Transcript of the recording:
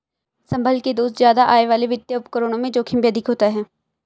संभल के दोस्त ज्यादा आय वाले वित्तीय उपकरणों में जोखिम भी अधिक होता है